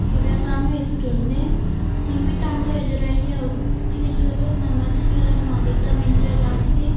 స్థిరతను ఇస్తుంది జీవితంలో ఎదురయ్యే ఒత్తిడులు సమస్యలను అధిగమించడానికి